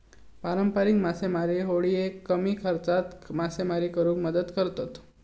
पारंपारिक मासेमारी होडिये कमी खर्चात मासेमारी करुक मदत करतत